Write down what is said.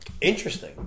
Interesting